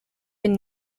been